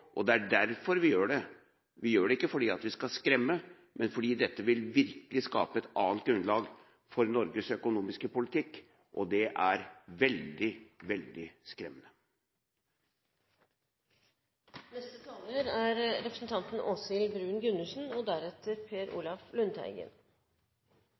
Det er derfor vi gjør det, vi gjør det ikke fordi vi skal skremme, men fordi dette virkelig vil skape et annet grunnlag for Norges økonomiske politikk, og det er veldig skremmende. Norske veier er blant de dårligst vedlikeholdte i Europa, og